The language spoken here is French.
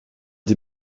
des